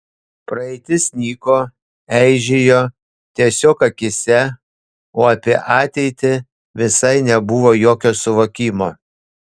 praeitis nyko eižėjo tiesiog akyse o apie ateitį visai nebuvo jokio suvokimo